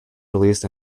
released